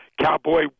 cowboy